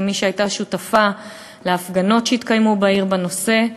כמי שהייתה שותפה להפגנות שהתקיימו בעיר בנושא,